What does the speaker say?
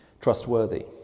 trustworthy